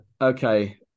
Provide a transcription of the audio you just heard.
Okay